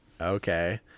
okay